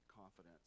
confidence